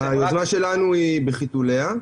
היוזמה שלנו היא בחיתוליה,